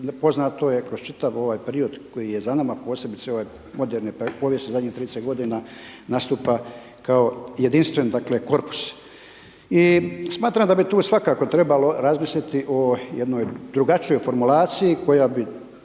poznato je kroz čitav ovaj period koji je za nama, posebice ovaj moderne povijesti, zadnjih 30 godina, nastupa kao jedinstven, dakle korpus. I smatram da bi tu svakako trebalo razmisliti o jednoj drugačijoj formulaciji koja bi